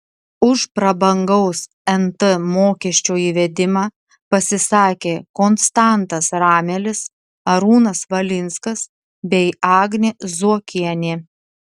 už prabangaus nt mokesčio įvedimą pasisakė konstantas ramelis arūnas valinskas bei agnė zuokienė